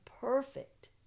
perfect